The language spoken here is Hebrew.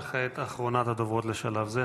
וכעת אחרונת הדוברות לשלב זה,